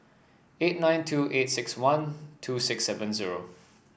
eight nine two eight six one two six seven zero